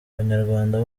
banyarwanda